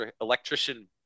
electrician